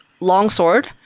longsword